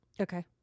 Okay